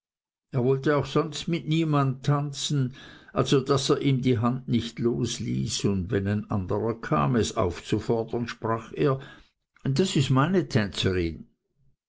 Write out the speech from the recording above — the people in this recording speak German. er wollte auch sonst mit niemand tanzen also daß er ihm die hand nicht losließ und wenn ein anderer kam es aufzufordern sprach er das ist meine tänzerin